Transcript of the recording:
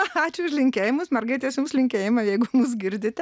ačiū už linkėjimus mergaitės jums linkėjimai jeigu mus girdite